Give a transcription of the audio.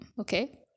Okay